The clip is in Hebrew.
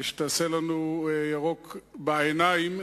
שתעשה לנו ירוק בעיניים.